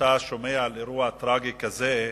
כשאתה שומע על אירוע טרגי כזה,